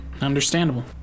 Understandable